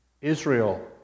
Israel